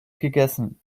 gegessen